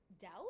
doubt